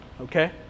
okay